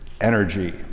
energy